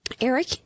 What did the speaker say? Eric